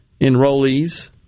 enrollees